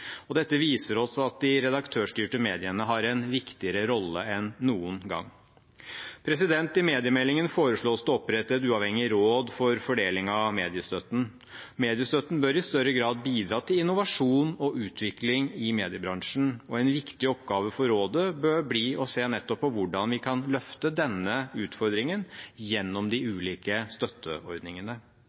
andre. Dette viser oss at de redaktørstyrte mediene har en viktigere rolle enn noen gang. I mediemeldingen foreslås det å opprette et uavhengig råd for fordelingen av mediestøtten. Mediestøtten bør i større grad bidra til innovasjon og utvikling i mediebransjen. En viktig oppgave for rådet bør bli å se på hvordan vi kan løfte nettopp denne utfordringen gjennom de ulike støtteordningene.